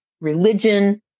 religion